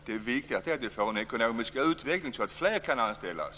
Det viktiga är att vi får en ekonomisk utveckling som gör att fler kan anställas.